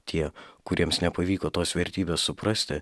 tie kuriems nepavyko tos vertybės suprasti